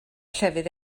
llefydd